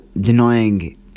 denying